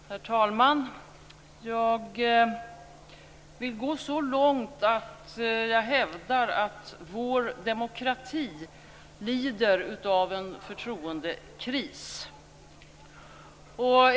Herr talman! Jag vill gå så långt att jag hävdar att vår demokrati lider av en förtroendekris.